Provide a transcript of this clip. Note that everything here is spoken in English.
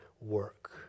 work